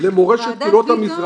למורשת עדות המזרח.